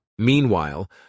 Meanwhile